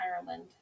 ireland